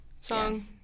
Song